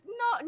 no